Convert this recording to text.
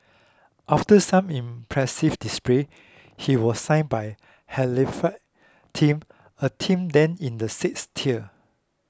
after some impressive display he was signed by Halifax team a team then in the sixth tier